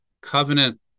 covenant